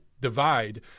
divide